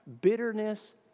bitterness